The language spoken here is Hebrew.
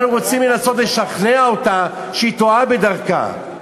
אנחנו רוצים לנסות לשכנע אותה שהיא טועה בדרכה.